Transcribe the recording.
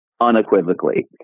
unequivocally